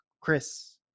Chris